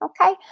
Okay